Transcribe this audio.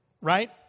Right